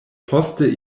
poste